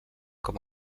com